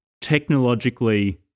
technologically